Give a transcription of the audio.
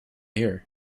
here